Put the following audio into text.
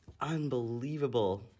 Unbelievable